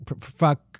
fuck